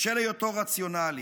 בשל היותו רציונלי.